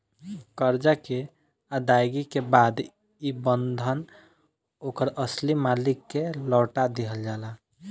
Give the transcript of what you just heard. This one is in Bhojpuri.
करजा के अदायगी के बाद ई बंधन ओकर असली मालिक के लौटा दिहल जाला